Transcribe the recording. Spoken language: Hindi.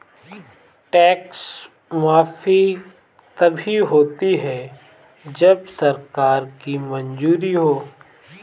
टैक्स माफी तभी होती है जब सरकार की मंजूरी हो